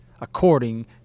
according